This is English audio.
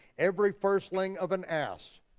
every firstling of an ass,